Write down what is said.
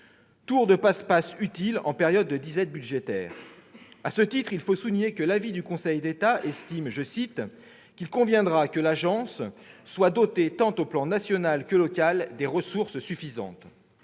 Tour de passe-passe utile en période de disette budgétaire ... À ce titre, il faut souligner que le Conseil d'État estime dans son avis « qu'il conviendra que l'agence soit dotée, tant au plan national que local, des ressources suffisantes ».